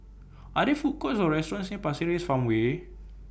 Are There Food Courts Or restaurants near Pasir Ris Farmway